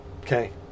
okay